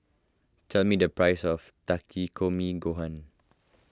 tell me the price of Takikomi Gohan